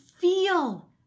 feel